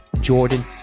Jordan